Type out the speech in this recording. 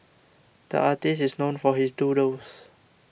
the artist is known for his doodles